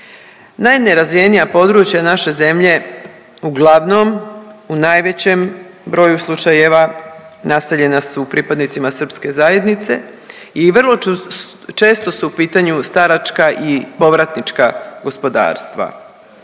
Najnerazvijenija područja naše zemlje uglavnom u najvećem broju slučajeva naseljena su pripadnicima srpske zajednice i vrlo ću .../nerazumljivo/... često su u pitanju staračka i povratnička gospodarstva.